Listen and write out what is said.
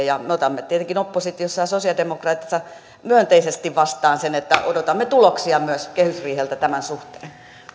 ja me otamme tietenkin oppositiossa ja sosiaalidemokraateissa myönteisesti vastaan sen niin että odotamme tuloksia myös kehysriiheltä tämän suhteen